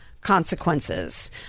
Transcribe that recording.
consequences